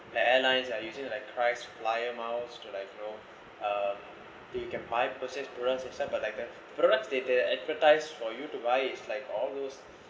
the airlines are usually like kris flyer miles to like you know then you can buy mileage person except for like the forex they advertise for you to buy its like all those